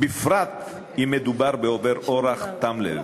בפרט אם מדובר בעובר אורח תם לב.